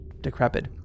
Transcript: decrepit